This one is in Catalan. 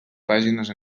pàgines